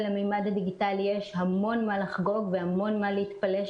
ולממד הדיגיטלי יש המון מה לחגוג והמון מה להתפלש